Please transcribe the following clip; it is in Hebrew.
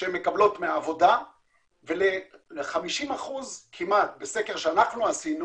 שהם מקבלים מהעבודה וכמעט ל-50% מסקר שעשינו,